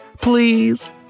Please